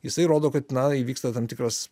jisai rodo kad na įvyksta tam tikras